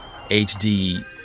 HD